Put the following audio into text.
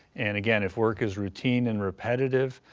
and again, if work is routine and repetitive,